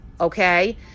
Okay